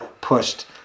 pushed